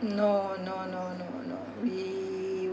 no no no no no we